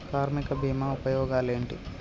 కార్మిక బీమా ఉపయోగాలేంటి?